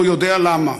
והוא יודע למה.